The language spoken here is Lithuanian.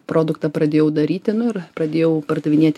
produktą pradėjau daryti nu ir pradėjau pardavinėti